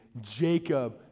Jacob